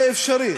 זה אפשרי.